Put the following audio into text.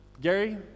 Gary